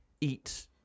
eat